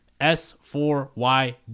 S4Y